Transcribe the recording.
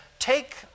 take